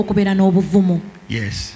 Yes